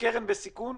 הקרן בסיכון,